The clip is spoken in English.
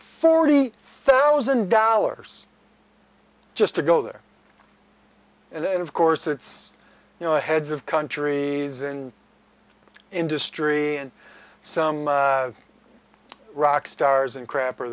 forty thousand dollars just to go there and then of course it's you know the heads of countries in industry and some rock stars and crap are